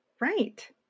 Right